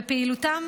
ופעילותם